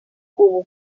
cubo